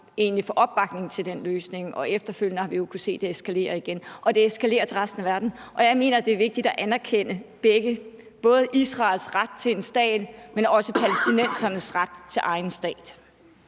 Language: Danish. kunne få opbakning til en god løsning. Efterfølgende har vi jo kunnet se det eskalere igen, og det eskalerer til resten af verden. Jeg mener, at det er vigtigt at anerkende begge parter, både Israels ret til en stat, men også palæstinensernes ret til egen stat.